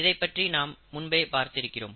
இதைப்பற்றி நாம் முன்பே பார்த்திருக்கிறோம்